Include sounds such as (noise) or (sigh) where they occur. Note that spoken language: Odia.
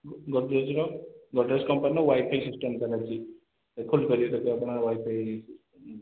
ଗଡ଼୍ରେଜର ଗଡ଼୍ରେଜ କମ୍ପାନୀର ୱାଇଫାଇ୍ ସିଷ୍ଟମ୍ (unintelligible) ବାହାରିଛି ଖୋଲିପାରିବେ (unintelligible) ଆପଣଙ୍କର ୱାଇଫାଇ୍